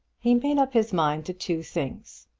he made up his mind to two things.